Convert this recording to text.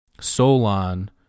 Solon